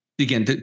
Again